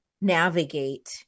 navigate